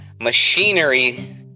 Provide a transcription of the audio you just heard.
machinery